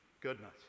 goodness